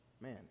man